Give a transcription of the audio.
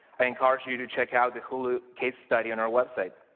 i encourage you to check out the hulu case study on our website.